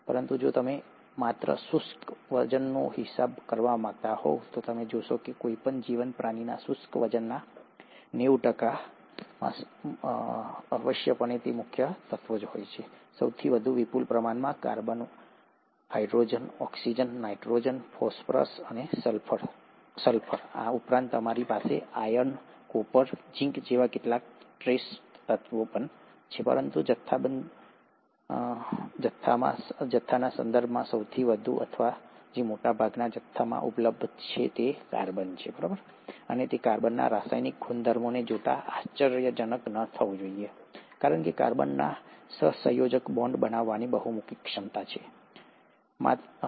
પરંતુ જો તમે માત્ર શુષ્ક વજનનો હિસાબ કરવા માંગતા હો તો તમે જોશો કે કોઈપણ જીવંત પ્રાણીના શુષ્ક વજનના નેવું ટકામાં આવશ્યકપણે આ મુખ્ય તત્વો હોય છે સૌથી વધુ વિપુલ પ્રમાણમાં carbon hydrogen oxygen nitrogen phosphorus અને સલ્ફર આ ઉપરાંત તમારી પાસે આયર્ન કોપર ઝિંક જેવા કેટલાક ટ્રેસ તત્વો છે પરંતુ જથ્થાબંધ જથ્થાના સંદર્ભમાં સૌથી વધુ અથવા જે મોટા ભાગના જથ્થામાં ઉપલબ્ધ છે તે કાર્બન છે અને તે કાર્બનના રાસાયણિક ગુણધર્મોને જોતા આશ્ચર્યજનક ન હોવું જોઈએ કારણ કે કાર્બનમાં સહસંયોજક બોન્ડ બનાવવાની બહુમુખી ક્ષમતા છે નહીં